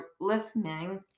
listening